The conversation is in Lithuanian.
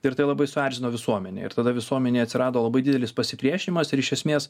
ir tai labai suerzino visuomenę ir tada visuomenėj atsirado labai didelis pasipriešinimas ir iš esmės